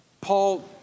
Paul